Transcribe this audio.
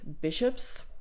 bishops